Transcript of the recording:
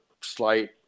slight